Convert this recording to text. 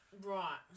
Right